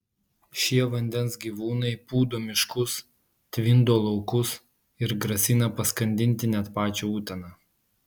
šie vandens gyvūnai pūdo miškus tvindo laukus ir grasina paskandinti net pačią uteną